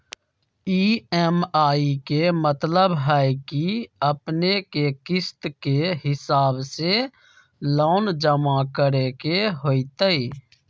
EMI के मतलब है कि अपने के किस्त के हिसाब से लोन जमा करे के होतेई?